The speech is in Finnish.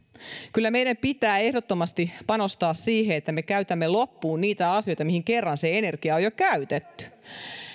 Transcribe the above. kyllä meidän pitää ehdottomasti panostaa siihen että me käytämme loppuun niitä asioita joihin kerran se energia on jo käytetty